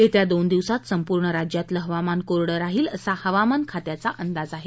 येत्या दोन दिवसात संपूर्ण राज्यातलं हवामान कोरडं राहील असा हवामान खात्याचा अंदाज आहे